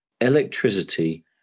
electricity